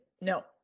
no